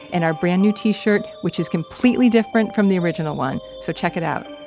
and our brand new t-shirt, which is completely different from the original one. so check it out.